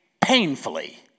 painfully